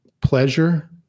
pleasure